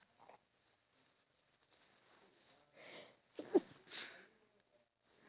no as in like you can put a bit of sugar but not too much